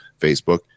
Facebook